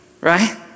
Right